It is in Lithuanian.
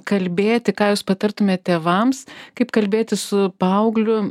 kalbėti ką jūs patartumėt tėvams kaip kalbėtis su paaugliu